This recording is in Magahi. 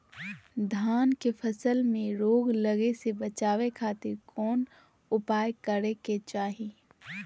धान के फसल में रोग लगे से बचावे खातिर कौन उपाय करे के चाही?